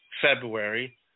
February